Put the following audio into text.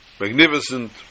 magnificent